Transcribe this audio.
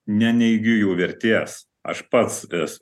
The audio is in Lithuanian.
neneigiu jų vertės aš pats esu